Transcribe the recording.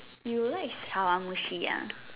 you like chawanmushi lah